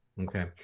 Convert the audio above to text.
okay